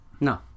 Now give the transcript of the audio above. no